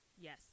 yes